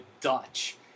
Dutch